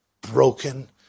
broken